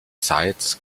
zeitz